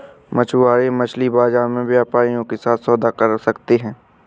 मछुआरे मछली बाजार में व्यापारियों के साथ सौदा कर सकते हैं